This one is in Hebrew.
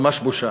ממש בושה.